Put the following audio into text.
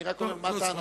אני רק אומר מה טענתו.